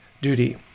duty